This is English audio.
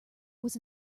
was